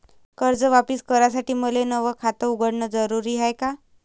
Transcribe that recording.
कर्ज वापिस करासाठी मले नव खात उघडन जरुरी हाय का?